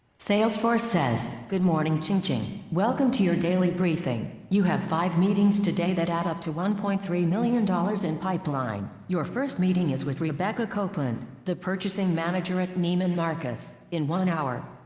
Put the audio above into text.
salesforce good morning, qingqing. welcome to your daily briefing, you have five meetings today that add up to one point three million dollars in pipeline. your first meeting is with rebecca copeland, the purchasing manager at nieman marcus in one hour.